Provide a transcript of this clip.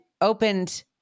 opened